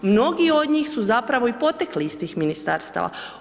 Mnogi onih su zapravo i potekli iz tih ministarstava.